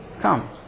Come